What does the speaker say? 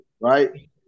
right